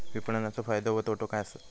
विपणाचो फायदो व तोटो काय आसत?